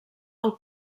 del